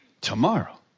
tomorrow